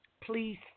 please